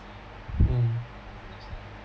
mm